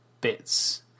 bits